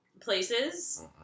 places